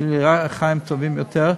שיהיו להם חיים טובים יותר,